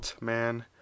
man